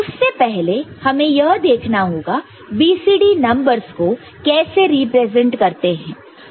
उससे पहले हमें यह देखना होगा BCD नंबरस को कैसे रिप्रेजेंट करते हैं